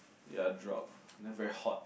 ya drop then very hot